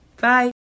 Bye